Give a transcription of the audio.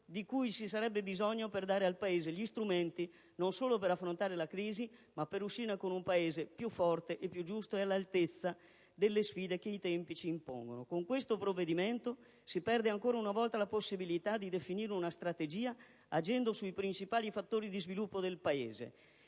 di cui ci sarebbe bisogno per dare all'Italia gli strumenti, non solo per affrontare la crisi, ma per uscirne con un Paese più forte e più giusto e all'altezza delle sfide che i tempi ci impongono. Con questo provvedimento, si perde ancora una volta la possibilità di definire una strategia agendo sui principali fattori di sviluppo del Paese.